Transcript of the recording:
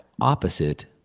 opposite